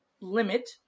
limit